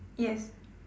yes